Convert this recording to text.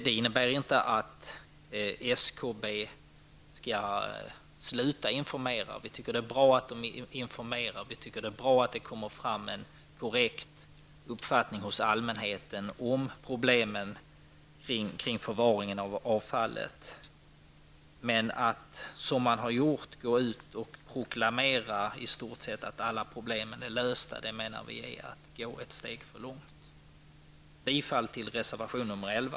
Det innebär inte att SKB skall sluta informera. Vi tycker att det är bra att de informerar och att det kommer fram en korrekt uppfattning hos allmänheten om problemen kring förvaringen av avfallet. Men att, som man har gjort, gå ut och proklamera att alla problem i stort sett är lösta, det menar vi är att gå ett steg för långt. Jag yrkar alltså bifall till reservation nr 11.